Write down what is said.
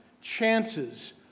chances